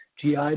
GI